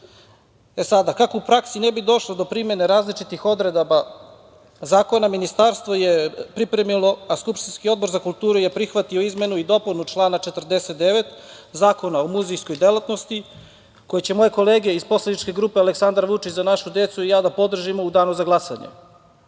kulturi. Kako u praksi ne bi došlo do primene različitih odredaba zakona, ministarstvo je pripremilo, a skupštinski Odbor za kulturu je prihvatio izmenu i dopunu člana 49. Zakona o muzejskoj delatnosti, koji ćemo moje kolege iz poslaničke grupe Aleksandar Vučić – Za našu decu i ja da podržimo u danu za glasanje. Inače,